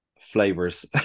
flavors